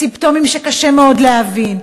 סימפטומים שקשה מאוד להבין,